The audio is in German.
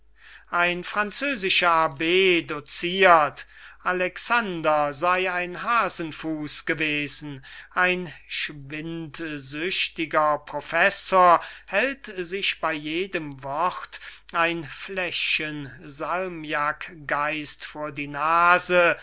ein französischer abb docirt alexander sey ein haasenfuß gewesen ein schwindsüchtiger professor hält sich bei jedem wort ein fläschgen salmiakgeist vor die nase